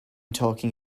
talking